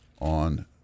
on